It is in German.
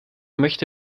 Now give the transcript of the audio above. möchte